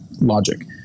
logic